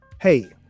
hey